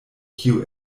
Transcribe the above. kio